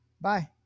bye